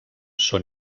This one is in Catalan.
són